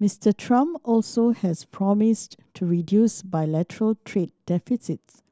Mister Trump also has promised to reduce bilateral trade deficits